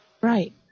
right